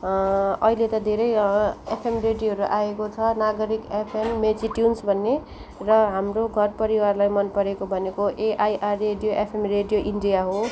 अहिले त धेरै एफएम रेडियोहरू आएको छ नागारिक एफएम मेची ट्युन्स भन्ने र हाम्रो घर परिवारवाई मन परेको भनेको AIR radio FM radio India हो